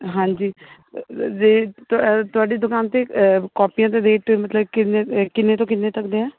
ਹਾਂਜੀ ਜੀ ਤੁਹਾਡੀ ਦੁਕਾਨ 'ਤੇ ਕੋਪੀਆਂ ਦੇ ਰੇਟ ਮਤਲਬ ਕਿੰਨੇ ਕਿੰਨੇ ਤੋਂ ਕਿੰਨੇ ਤੱਕ ਦੇ ਆ